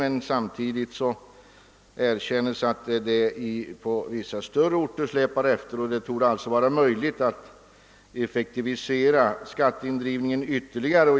Finansministern erkänner emellertid att indrivningen på vissa större orter släpar efter, och det bör alltså vara möjligt att effektivisera skatteindrivningen ytterligare.